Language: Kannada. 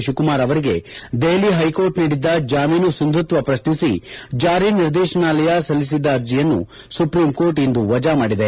ಶಿವಕುಮಾರ್ ಅವರಿಗೆ ದೆಹಲಿ ಹೈಕೋರ್ಟ್ ನೀಡಿದ್ದ ಜಾಮೀನು ಸಿಂಧುತ್ವ ಪ್ರಶ್ನಿಸಿ ಜಾರಿ ನಿರ್ದೇಶನಾಲಯ ಸಲ್ಲಿಸಿದ್ದ ಅರ್ಜಿಯನ್ನು ಸುಪ್ರೀಂ ಕೋರ್ಟ್ ಇಂದು ವಜಾ ಮಾದಿದೆ